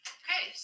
okay